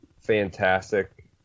fantastic